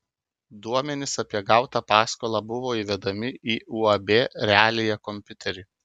duomenys apie gautą paskolą buvo įvedami į uab realija kompiuterį